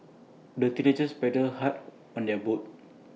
the teenagers paddled hard on their boat